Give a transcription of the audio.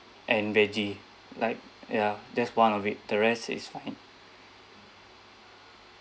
and veggie like ya just one of it the rest is fine